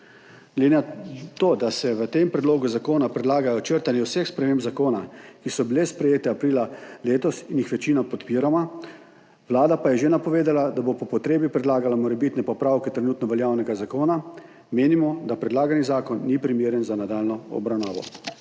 na to, da se v tem predlogu zakona predlaga črtanje vseh sprememb zakona, ki so bile sprejete aprila letos in jih večina podpira, Vlada pa je že napovedala, da bo po potrebi predlagala morebitne popravke trenutno veljavnega zakona. menimo, da predlagani zakon ni primeren za nadaljnjo obravnavo.